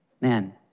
Man